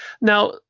Now